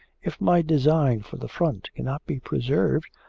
if my design for the front cannot be preserved,